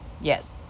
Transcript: Yes